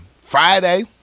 Friday